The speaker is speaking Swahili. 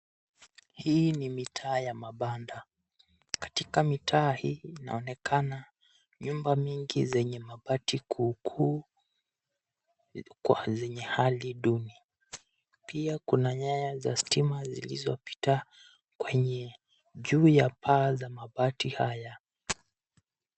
Hii ni mitaa ya mabanda. Katika mitaa hii inaonekana nyumba nyingi zenye mabati kuu kuu kwa zenye hali duni. Pia kuna nyaya za stima zilizopita kwenye juu ya paa za mabati haya.